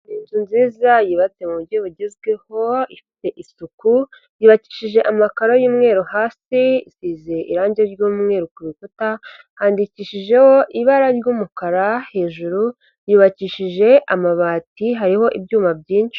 Inzu nziza yubatse mu buryo bugezweho, ifite isuku, yubakishije amakaro y'umweru hasi, isize irangi ry'umweru ku bikuta, handikishijeho ibara ry'umukara, hejuru yubakishije amabati hariho ibyuma byinshi.